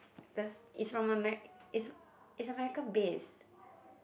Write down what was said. the it's from Ame~ it's it's American based